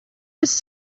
was